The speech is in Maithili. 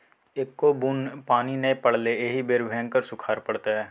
एक्को बुन्न पानि नै पड़लै एहि बेर भयंकर सूखाड़ पड़तै